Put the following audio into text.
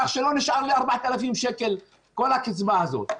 כך שלא נשאר לי 4,000 שקל מכל הקצבה הזאת.